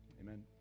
Amen